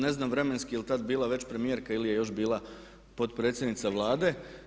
Ne znam vremenski jel tad bila već premijerka ili je još bila potpredsjednica Vlade.